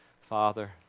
Father